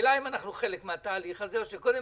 השאלה האם אנחנו חלק מן התהליך הזה או שקודם